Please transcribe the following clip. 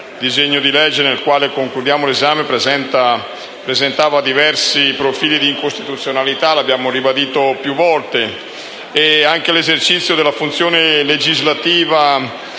il disegno di legge del quale concludiamo l'esame presentava diversi profili di incostituzionalità, come abbiamo ribadito più volte. «L'esercizio della funzione legislativa